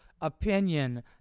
opinion